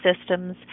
systems